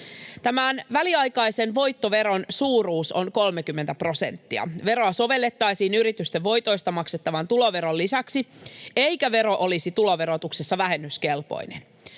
Tämän väliaikaisen voittoveron suuruus on 30 prosenttia. Veroa sovellettaisiin yritysten voitoista maksettavan tuloveron lisäksi, eikä vero olisi tuloverotuksessa vähennyskelpoinen.